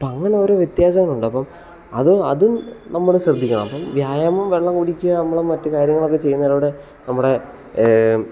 അപ്പം അങ്ങനെ ഓരോ വ്യത്യാസങ്ങളുണ്ട് അപ്പം അത് അതും നമ്മൾ ശ്രദ്ധിക്കണം അപ്പം വ്യായാമം വെള്ളം കുടിക്കുക മറ്റു കാര്യങ്ങളൊക്കെ ചെയ്യുന്നതിലൂടെ നമ്മുടെ